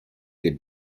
good